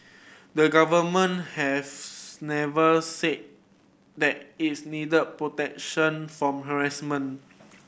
the Government never said that its needed protection from harassment